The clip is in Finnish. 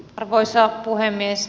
arvoisa puhemies